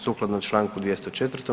Sukladno čl. 204.